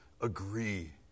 agree